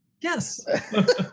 Yes